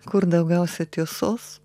kur daugiausia tiesos